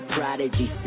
Prodigy